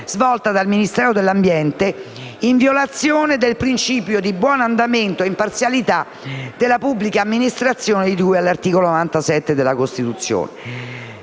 svolta dal Ministero dell'ambiente, in violazione del principio di buon andamento e imparzialità della pubblica amministrazione, di cui all'articolo 97 della Costituzione.